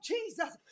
Jesus